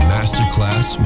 Masterclass